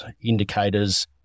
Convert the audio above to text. indicators